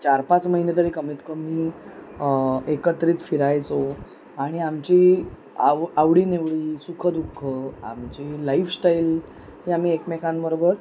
चार पाच महिने तरी कमीत कमी एकत्रित फिरायचो आणि आमची आव आवडीनेवळी सुखदुःख आमची लाईफस्टाईल ही आम्ही एकमेकांबरोबर